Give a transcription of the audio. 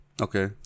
Okay